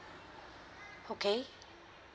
okay